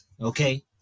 Okay